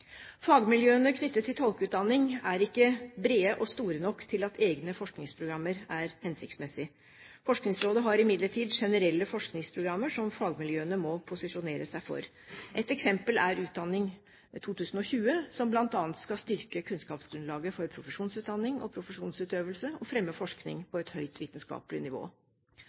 Fagmiljøene knyttet til tolkeutdanning er ikke brede og store nok til at egne forskningsprogrammer er hensiktsmessig. Forskningsrådet har imidlertid generelle forskningsprogrammer som fagmiljøene må posisjonere seg for. Et eksempel er Utdanning 2020, som bl.a. skal styrke kunnskapsgrunnlaget for profesjonsutdanning og profesjonsutøvelse og fremme forskning på høyt vitenskapelig nivå.